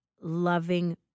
loving